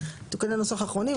תיקוני נוסח אחרונים.